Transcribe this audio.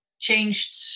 changed